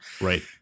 right